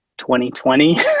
2020